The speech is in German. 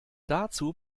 dazu